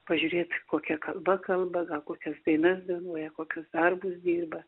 pažiūrėt kokia kalba kalba gal kokias dainas dainuoja kokius darbus dirba